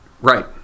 Right